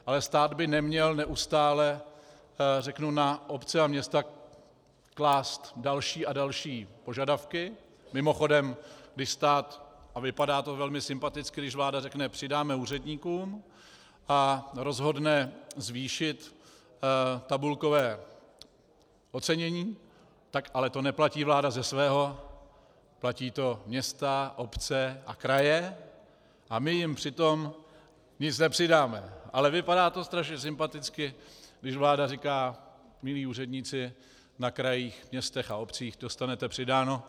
Ale stát by neměl neustále na obce a města klást další a další požadavky mimochodem když vláda, a vypadá to velmi sympaticky, řekne, že přidá úředníkům, rozhodne zvýšit tabulkové ocenění, tak to neplatí ze svého, platí to města, obce a kraje a my jim přitom nic nepřidáme, ale vypadá to strašně sympaticky, když vláda říká: Milí úředníci na krajích, městech a obcích, dostanete přidáno.